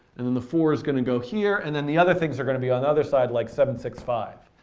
and the four is going to go here, and then the other things are going to be on the other side like seven, six, five.